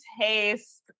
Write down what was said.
taste